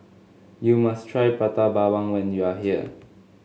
you must try Prata Bawang when you are here